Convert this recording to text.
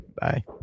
Bye